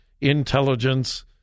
intelligence